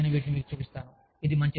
కాబట్టి నేను వీటిని మీకు చూపిస్తాను